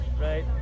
right